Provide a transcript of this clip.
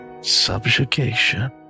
Subjugation